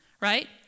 right